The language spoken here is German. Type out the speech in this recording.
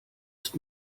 ist